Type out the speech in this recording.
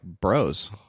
bros